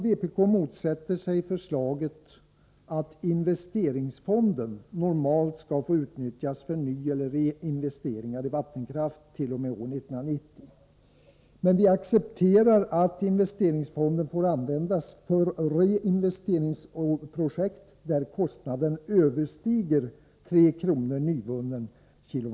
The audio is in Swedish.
Vpk motsätter sig förslaget att investeringsfonden normalt skall få utnyttjas för nyeller reinvesteringar i vattenkraft t.o.m. år 1990. Vi accepterar dock att investeringsfonden får användas för reinvesteringsprojekt där kostnaden överstiger 3 kr./nyvunnen kWh.